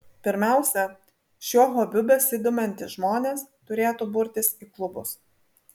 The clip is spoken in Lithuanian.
pirmiausia šiuo hobiu besidomintys žmonės turėtų burtis į klubus